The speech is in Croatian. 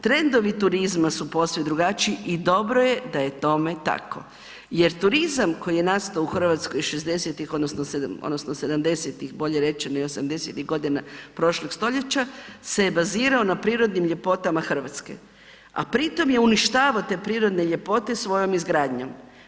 Trendovi turizma su posve drugačiji i dobro je da je tome tako jer turizam koji je nastao u Hrvatskoj '60-tih odnosno '70.-tih bolje rečeno i '80.-tih godina prošlog stoljeća se bazirao na prirodnim ljepotama Hrvatske, a pritom je uništavao te prirodne ljepote svojom izgradnjom.